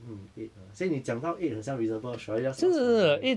mm eight lah 所以你讲到 eight 很像 reasonable should I just ask for nine